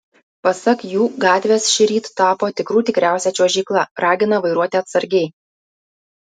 pasak jų gatvės šįryt tapo tikrų tikriausia čiuožykla ragina vairuoti atsargiai